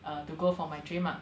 uh to go for my dream lah